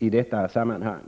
har skrivit i denna fråga.